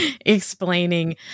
explaining